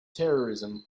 terrorism